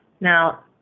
Now